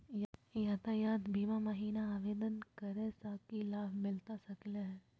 यातायात बीमा महिना आवेदन करै स की लाभ मिलता सकली हे?